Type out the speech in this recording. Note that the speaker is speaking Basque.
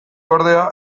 ordea